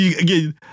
again